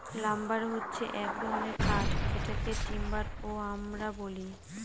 lumber হছে এক ধরনের কাঠ যেটাকে টিম্বার ও আমরা বলি